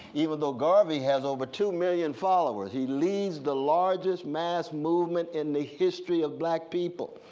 even though garvey has over two million followers. he leads the largest mass movement in the history of black people.